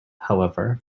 however